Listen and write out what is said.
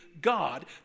God